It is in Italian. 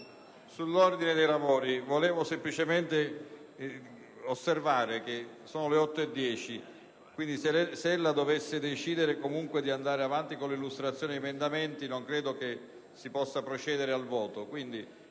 Signora Presidente, volevo semplicemente osservare che sono le ore 20,10, quindi, se ella dovesse decidere comunque di andare avanti con l'illustrazione degli emendamenti, non credo che si potrebbe procedere al voto.